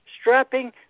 Strapping